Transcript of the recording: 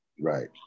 Right